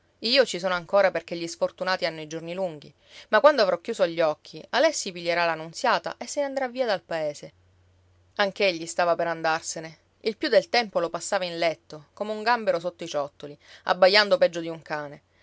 io ci sono ancora perché gli sfortunati hanno i giorni lunghi ma quando avrò chiuso gli occhi alessi piglierà la nunziata e se ne andrà via dal paese anch'egli stava per andarsene il più del tempo lo passava in letto come un gambero sotto i ciottoli abbaiando peggio di un cane